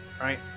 right